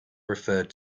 referred